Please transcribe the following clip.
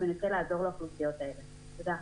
תודה.